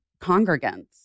congregants